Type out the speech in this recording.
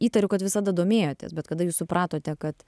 įtariu kad visada domėjotės bet kada jūs supratote kad